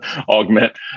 augment